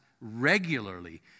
regularly